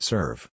Serve